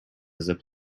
zip